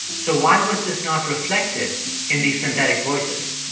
so why was this not reflected in these synthetic voices?